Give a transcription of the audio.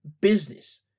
business